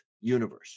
universe